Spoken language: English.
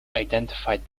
identified